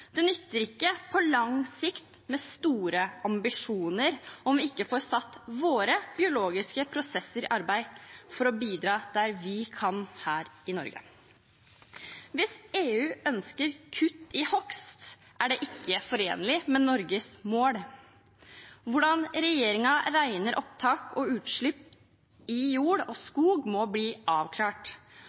Det nytter ikke på lang sikt med store ambisjoner om vi ikke får satt våre biologiske prosesser i arbeid for å bidra der vi kan her i Norge. Hvis EU ønsker kutt i hogst, er det ikke forenlig med Norges mål. Hvordan regjeringen regner opptak og utslipp i jord og skog, må bli avklart.